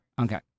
Okay